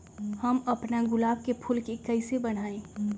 हम अपना गुलाब के फूल के कईसे बढ़ाई?